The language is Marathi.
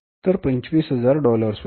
तर 25000 डॉलर्स होती